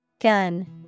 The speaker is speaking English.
Gun